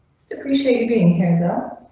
appreciate you being here though.